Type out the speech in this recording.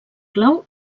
clau